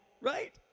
right